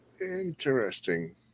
Interesting